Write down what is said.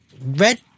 Red